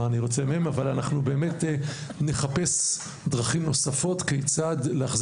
אני רוצה מהם אלא אנחנו באמת נחפש דרכים נוספות כיצד להחזיר